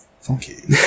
funky